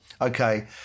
okay